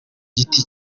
giti